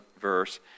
verse